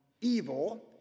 evil